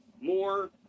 More